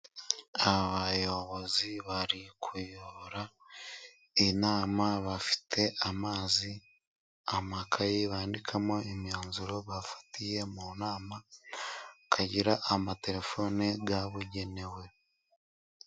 Abayobozi bari kuyobora inama， bafite amazi， amakayi bandikamo imyanzuro， bafatiye mu nama， bakagira amaterefone yabugenewe.